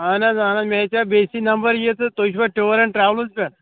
اَہَن حظ اَہَن حظ مےٚ ہیٚژیٚو بیٚیہِ سٕے نَمبر یہِ تہٕ تُہۍ چھُوا ٹوٗر اینٛڈ ٹرٛاول پیٚٹھ